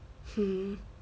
hmm